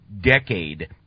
decade